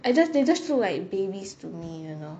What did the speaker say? I just they just do like babies to me you know